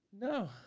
no